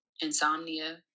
insomnia